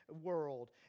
world